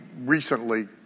recently